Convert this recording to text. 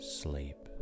sleep